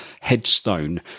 headstone